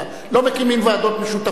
לא מקימים ועדות משותפות